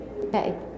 okay